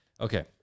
Okay